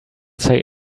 say